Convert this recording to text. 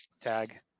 tag